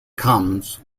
comes